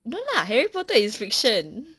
no lah harry potter is fiction